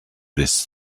this